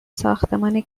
ساختمان